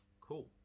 cool